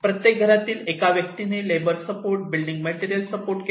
प्रत्येक घरातील एका व्यक्तीने labour support building material support केला